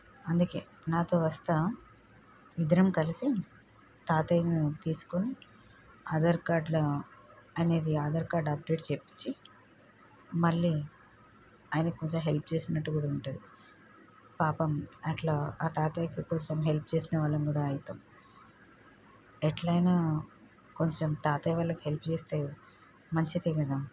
అందుకని నాతో వస్తా ఇద్దరం కలిసి తాతయ్యను తీసుకుని ఆధార్ కార్డులో ఆయనది ఆధార్ కార్డ్ అప్డేట్ చేయించి మళ్ళీ ఆయనకి కొంచెం హెల్ప్ చేసినట్టు కూడా ఉంటుంది పాపం అట్లా ఆ తాతయ్యకు కొంచెం హెల్ప్ చేసిన వాళ్ళం కూడా అవుతాం ఎట్లైనా కొంచెం తాతయ్య వాళ్ళకు హెల్ప్ చేస్తే మంచిది కదా